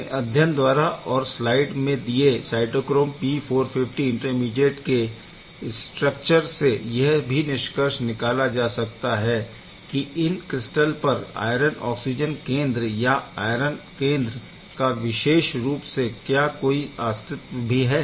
इन अध्ययन द्वारा और स्लाइड में दिये साइटोक्रोम P450 इंटरमीडिएट के स्ट्रकचर से यह भी निष्कर्ष निकाला जा सकता है की इन क्रिस्टल पर आयरन ऑक्सिजन केंद्र या आयरन केंद्र का विशेष रूप से क्या कोई अस्तित्व भी है